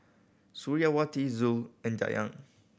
Suriawati Zul and Dayang